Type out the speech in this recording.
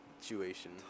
situation